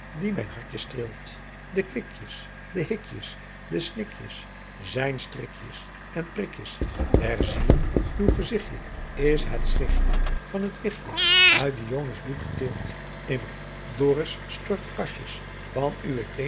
die mijn hartjen streelt die quikjes de hikjes de snikjes zijn strikjes en prikjes der zielen uw gezichje is het schichje van het wichje uit diones bloedt geteelt immer doris stort de kasjes van uw